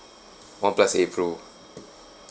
oneplus eight pro